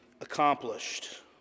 accomplished